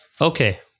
Okay